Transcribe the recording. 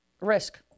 Risk